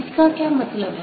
इसका क्या मतलब है